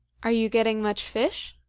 are you getting much fish?